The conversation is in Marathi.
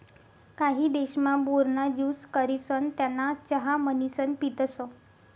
काही देशमा, बोर ना ज्यूस करिसन त्याना चहा म्हणीसन पितसं